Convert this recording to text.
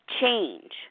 change